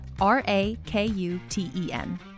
R-A-K-U-T-E-N